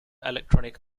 electronic